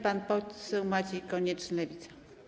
Pan poseł Maciej Konieczny, Lewica.